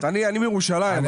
אני מירושלים.